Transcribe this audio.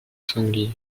sanglier